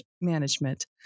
management